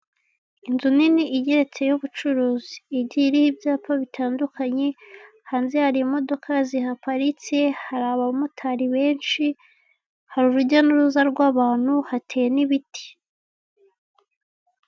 Inzu nini igeretse y'ubucuruza igiye iriho ibyapa bitandukanye, hanze hari imodoka zihaparitse hari abamotari benshi hari urujya n'uruza rw'abantu hateye n'ibiti.